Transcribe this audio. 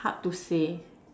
hard to say